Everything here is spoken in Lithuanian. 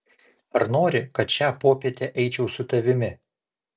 ar nori kad šią popietę eičiau su tavimi